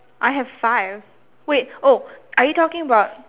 I have five wait oh are you talking about